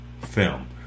film